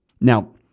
Now